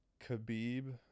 Khabib